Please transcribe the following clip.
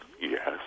Yes